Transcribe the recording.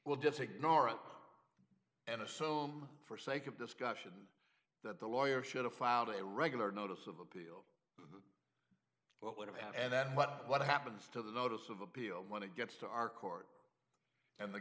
will just ignore it and assume for sake of discussion that the lawyer should have filed a regular notice of appeal what would happen and then what happens to the notice of appeal when it gets to our court and the